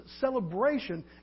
celebration